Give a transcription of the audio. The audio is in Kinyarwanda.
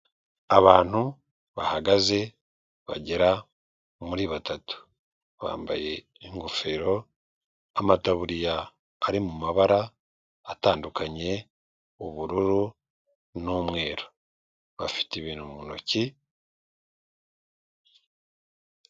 Abantu bahagaze bagera muri batatu bambaye ingofero amatabuririya ari mu mabara atandukanye, ubururu n'umweru bafite ibintu mu ntoki.